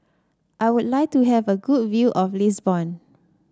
I would like to have a good view of Lisbon